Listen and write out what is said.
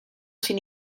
sin